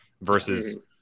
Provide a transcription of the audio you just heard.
Versus